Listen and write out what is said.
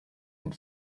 and